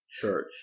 Church